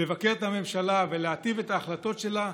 לבקר את הממשלה ולהיטיב את ההחלטות שלה,